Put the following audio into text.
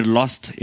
lost